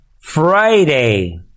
Friday